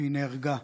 והיא נהרגה.